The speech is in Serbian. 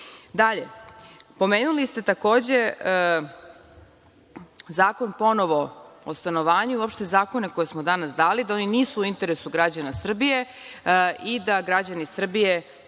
Krišto. Dalje, pomenuli ste, takođe, Zakon o stanovanju i uopšte zakone koje smo danas dali, da oni nisu u interesu građana Srbije i da građani Srbije